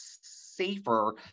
safer